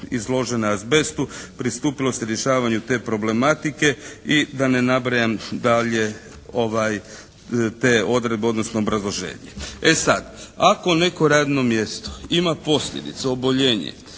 izložene azbestu pristupilo se rješavanju te problematike i da ne nabrajam dalje te odrede, odnosno obrazloženje. E sad ako neko radno mjesto ima posljedicu oboljenje